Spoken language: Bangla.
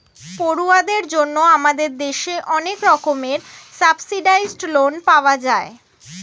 পড়ুয়াদের জন্য আমাদের দেশে অনেক রকমের সাবসিডাইস্ড্ লোন পাওয়া যায়